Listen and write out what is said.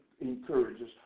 encourages